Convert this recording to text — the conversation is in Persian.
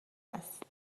است